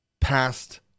past